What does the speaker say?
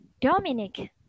Dominic